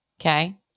okay